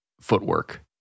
footwork